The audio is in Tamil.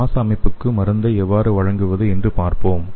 சுவாச அமைப்புக்கு மருந்தை எவ்வாறு வழங்குவது என்று பார்ப்போம்